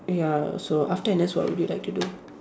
ya so after N_S what would you like to do